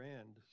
end